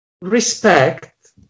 respect